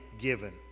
given